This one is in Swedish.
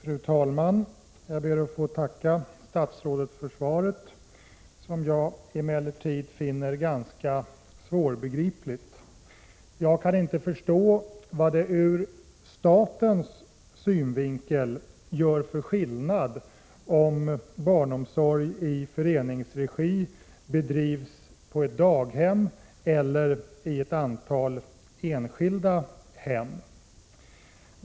Fru talman! Jag ber att få tacka statsrådet för svaret, som jag emellertid 2 april 1987 finner ganska svårbegripligt. Jag kan inte förstå vad det ur statens synvinkel gör för skillnad om barnomsorg i föreningsregi bedrivs på ett daghem eller i ett antal enskilda hem.